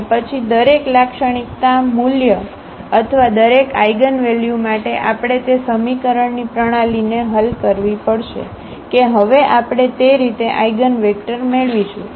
અને પછી દરેક લાક્ષણિકતા મૂલ્ય અથવા દરેક આઇગનવેલ્યુ માટે આપણે તે સમીકરણની પ્રણાલીને હલ કરવી પડશે કે હવે આપણે તે રીતે આઇગનવેક્ટર મેળવીશું